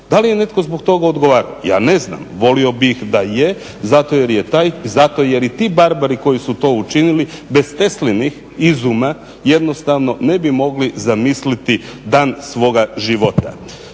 Da li je netko zbog toga odgovarao? Ja ne znam, volio bih da je zato jer je taj, zato jer i ti barbari koji su to učinili bez Teslinih izuma jednostavno ne bi mogli zamisliti dan svoga života.